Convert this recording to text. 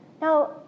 Now